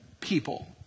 people